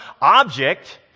object